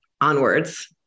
Onwards